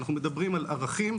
אנחנו מדברים על ערכים,